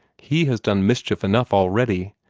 he has done mischief enough already.